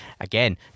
again